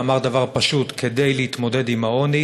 ואמר דבר פשוט: כדי להתמודד עם העוני